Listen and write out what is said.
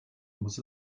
muss